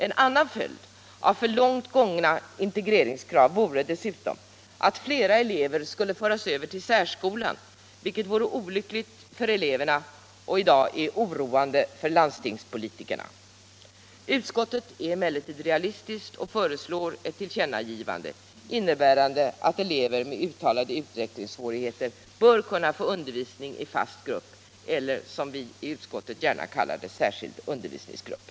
En annan följd av för långt gångna integreringskrav vore dessutom att fler elever skulle föras över till särskolan, vilket vore olyckligt för eleverna och i dag är oroande för landstingspolitikerna. Utskottet är emellertid realistiskt och föreslår ett tillkännagivande, innebärande att elever med ut talade utvecklingssvårigheter bör kunna få undervisning i fast grupp eller, Nr 134 som vi i utskottet kallar det, särskild undervisningsgrupp.